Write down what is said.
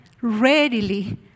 readily